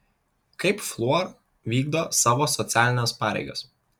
kaip fluor vykdo savo socialines pareigas